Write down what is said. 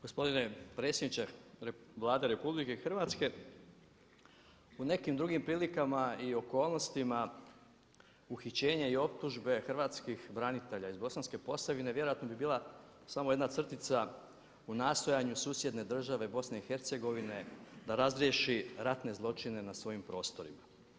Gospodine predsjedniče Vlade RH u nekim drugim prilikama i okolnostima uhićenja i optužbe hrvatskih branitelja iz Bosanske Posavine vjerojatno bi bila samo jedna crtica u nastojanju susjedne države BIH da razriješi ratne zločine na svojim prostorima.